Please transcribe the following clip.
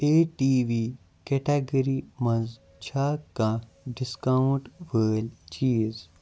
A TV category منٛز چھا کانٛہہ ڈِسکاوُنٛٹ وٲلۍ چیٖز